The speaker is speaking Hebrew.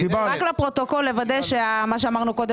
רק לפרוטוקול לוודא שמה שאמרנו קודם